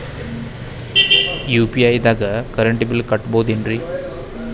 UPI ದಾಗ current bill ಕಟ್ಟಬಹುದೇನ್ರಿ?